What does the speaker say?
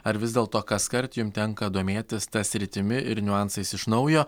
ar vis dėlto kaskart jum tenka domėtis ta sritimi ir niuansais iš naujo